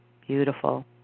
Beautiful